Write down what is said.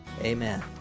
Amen